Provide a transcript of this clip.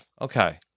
Okay